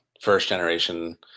first-generation